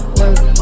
work